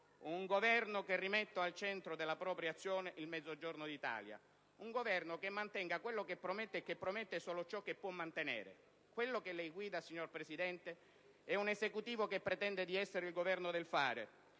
un Governo che rimetta al centro della propria azione il Mezzogiorno d'Italia, un Governo che mantenga quello che promette e che promette solo ciò che può mantenere. Quello che lei guida, signor Presidente del Consiglio, è un Esecutivo che pretende di essere il Governo del fare,